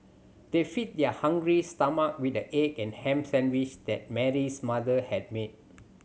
they fed their hungry stomach with the egg and ham sandwich that Mary's mother had made